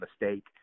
mistake